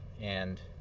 and